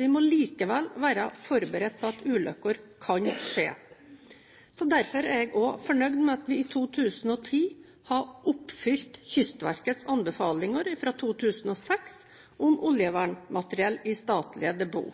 Vi må likevel være forberedt på at ulykker kan skje. Derfor er jeg også fornøyd med at vi i 2010 har oppfylt Kystverkets anbefalinger fra 2006 om oljevernmateriell i statlige